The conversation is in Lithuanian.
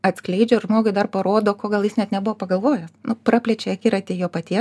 atskleidžia ir žmogui dar parodo ko gal jis net nebuvo pagalvojęs praplečia akiratį jo paties